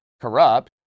corrupt